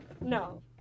no